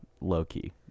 low-key